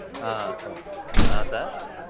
sir sir